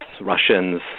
Russians